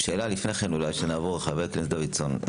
לפני שנעבור לחבר הכנסת דוידסון,